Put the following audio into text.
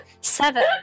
Seven